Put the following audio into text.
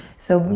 so,